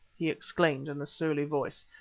he exclaimed in a surly voice,